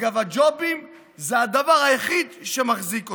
אגב, הג'ובים זה הדבר היחיד שמחזיק אותם.